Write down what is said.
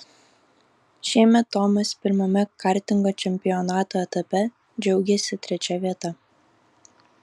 šiemet tomas pirmame kartingo čempionato etape džiaugėsi trečia vieta